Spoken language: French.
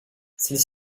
celle